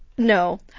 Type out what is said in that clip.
No